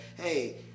hey